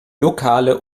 lokale